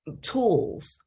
tools